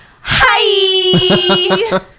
Hi